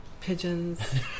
Pigeons